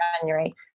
January